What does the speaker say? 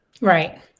right